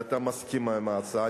ואתה מסכים עם ההצעה.